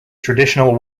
traditional